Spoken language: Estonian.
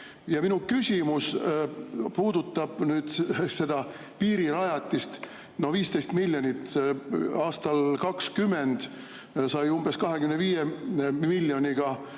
Minu küsimus puudutab nüüd seda piirirajatist. No 15 miljonit. Aastal 2020 sai umbes 25 miljoniga